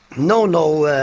no, no.